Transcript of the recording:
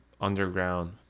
underground